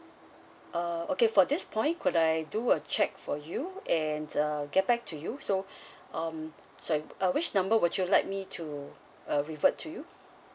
uh okay for this point could I do a check for you and uh get back to you so um sorry uh which number would you like me to uh revert to you